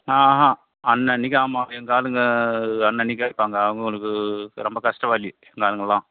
ஆஹான் அன்னன்னைக்கி ஆமாம் எங்கள் ஆளுங்க அன்னன்னைக்கி கேட்பாங்க அவங்களுக்கு ரொம்ப கஷ்டவாலி நாங்கள்லாம்